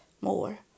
more